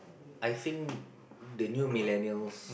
I think the new Millenials